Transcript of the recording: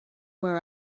where